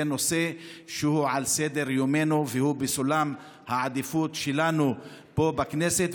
זה נושא שהוא על סדר-יומנו והוא בסולם העדיפויות שלנו פה בכנסת.